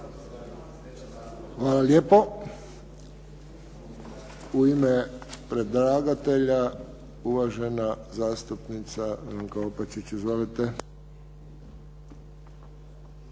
Hvala lijepo. U ime predlagatelja uvažena zastupnica Milanka